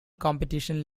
competition